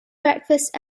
breakfast